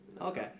Okay